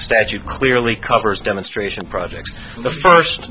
statute clearly covers demonstration projects the first